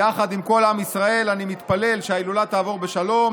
יחד עם כל עם ישראל אני מתפלל שההילולה תעבור בשלום